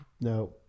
no